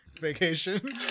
vacation